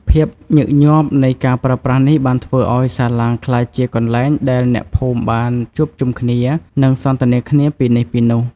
ភាពញឹកញាប់នៃការប្រើប្រាស់នេះបានធ្វើឱ្យសាឡាងក្លាយជាកន្លែងដែលអ្នកភូមិបានជួបជុំគ្នានិងសន្ទនាគ្នាពីនេះពីនោះ។